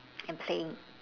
and playing